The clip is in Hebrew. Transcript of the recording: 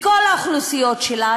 בכל האוכלוסיות שלה,